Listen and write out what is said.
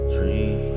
Dream